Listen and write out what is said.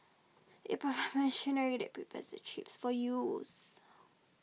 it provides machinery that prepares the chips for use